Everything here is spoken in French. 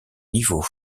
niveau